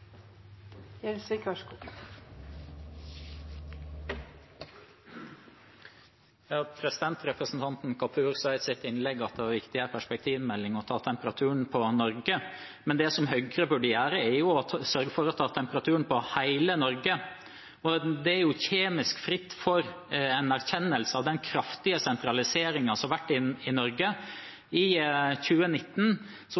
i en perspektivmelding å ta temperaturen på Norge. Men det som Høyre burde gjøre, er å sørge for å ta temperaturen på hele Norge. Det er jo kjemisk fritt for erkjennelse av den kraftige sentraliseringen som har vært i Norge. I 2019